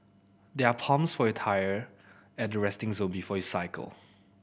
there are pumps for your tyre at the resting zone before you cycle